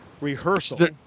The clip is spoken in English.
rehearsal